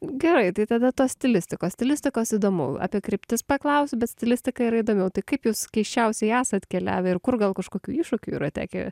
gerai tai tada tos stilistikos stilistikos įdomu apie kryptis paklausiu stilistika yra įdomiau tai kaip jūs keisčiausiai esat keliavę ir kur gal kažkokių iššūkių yra tekę